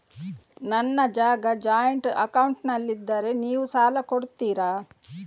ನನ್ನ ಜಾಗ ಜಾಯಿಂಟ್ ಅಕೌಂಟ್ನಲ್ಲಿದ್ದರೆ ನೀವು ಸಾಲ ಕೊಡ್ತೀರಾ?